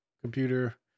computer